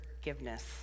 forgiveness